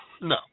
no